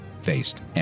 faced